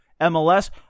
MLS